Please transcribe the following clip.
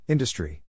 Industry